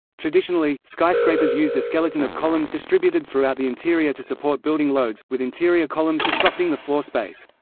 traditionally, skyscrapers used a skeleton of columns distributed throughout the interior to support building loads, with interior columns disrupting the floor space.